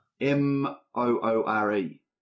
M-O-O-R-E